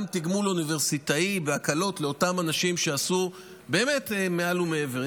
תגמול אוניברסיטאי בהקלות לאותם אנשים שעשו באמת מעל ומעבר.